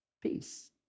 Peace